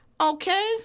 okay